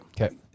Okay